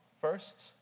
First